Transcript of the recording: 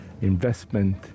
investment